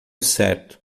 certo